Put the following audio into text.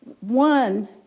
One